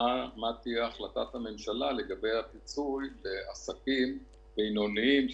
מה תהיה החלטת הממשלה לגבי הפיצוי לעסקים בינוניים,